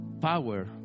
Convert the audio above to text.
power